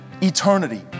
eternity